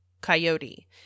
Coyote